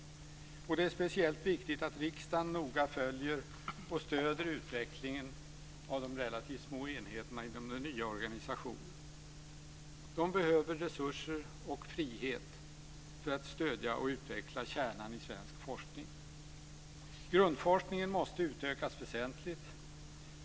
Det är speciellt viktigt att riksdagen noga följer och stöder utvecklingen av de relativt små enheterna inom den nya organisationen. De behöver resurser och frihet för att stödja och utveckla kärnan i svensk forskning. Grundforskningen måste utökas väsentligt.